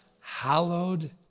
Hallowed